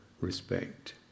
respect